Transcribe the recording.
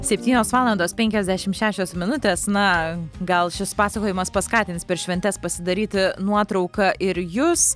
septynios valandos penkiasdešim šešios minutės na gal šis pasakojimas paskatins per šventes pasidaryti nuotrauką ir jus